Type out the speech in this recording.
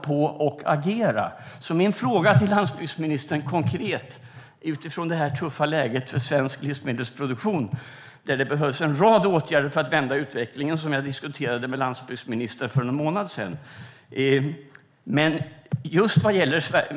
Jag har en konkret fråga till landsbygdsministern utifrån detta tuffa läge för svensk livsmedelsproduktion. Det behövs en rad åtgärder för att vända utvecklingen, som jag diskuterade med landsbygdsministern om för en månad sedan.